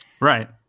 Right